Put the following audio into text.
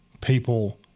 people